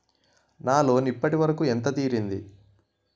నా లోన్ ఇప్పటి వరకూ ఎంత తీరింది?